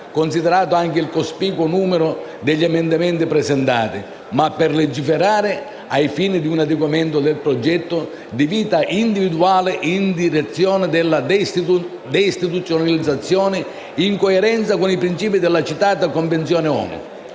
considerato anche il cospicuo numero degli emendamenti presentati, ma per legiferare, ai fini di un adeguamento del progetto di vita individuale, in direzione della deistituzionalizzazione, in coerenza con i principi della citata Convenzione ONU.